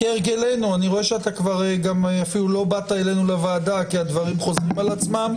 אני רואה שאפילו לא הגעת אלינו לוועדה כי הדברים חוזרים על עצמם,